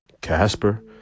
Casper